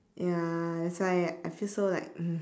ya that's why I I feel so like